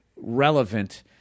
relevant